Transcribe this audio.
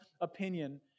opinion